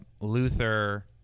Luther